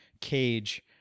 cage